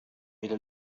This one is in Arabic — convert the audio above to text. إلى